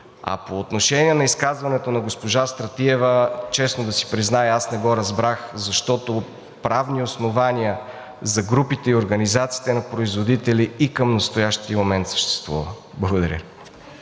А по отношение на изказването на госпожа Стратиева, честно да си призная, аз не го разбрах, защото правни основания за групите и организациите на производители и към настоящия момент съществуват. Благодаря.